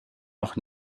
noch